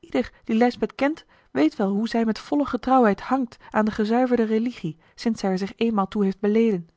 ieder die lijsbeth kent weet wel hoe zij met volle getrouwheid hangt aan de gezuiverde religie sinds zij er zich eenmaal toe heeft beleden